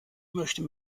möchte